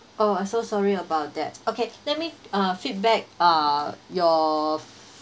oh I'm so sorry about that okay